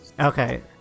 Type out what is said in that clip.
Okay